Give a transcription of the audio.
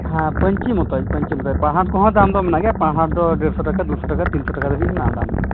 ᱦᱮᱸ ᱯᱟᱹᱧᱪᱤ ᱢᱚᱛᱚᱡ ᱯᱟᱹᱧᱪᱤ ᱢᱚᱛᱚᱡ ᱯᱟᱨᱦᱟᱴ ᱠᱚᱦᱚᱸ ᱫᱟᱢ ᱫᱚ ᱢᱮᱱᱟᱜ ᱜᱮᱭᱟ ᱯᱟᱨᱦᱟᱴ ᱫᱚ ᱰᱮᱲᱥᱚ ᱴᱟᱠᱟ ᱫᱩᱥᱚ ᱴᱟᱠᱟ ᱛᱤᱱᱥᱚ ᱴᱟᱠᱟ ᱫᱷᱟᱹᱵᱤᱡ ᱢᱮᱱᱟᱜᱼᱟ ᱫᱟᱢ